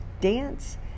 dance